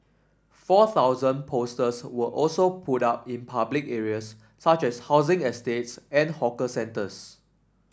four thousand posters were also put up in public areas such as housing estates and hawker centres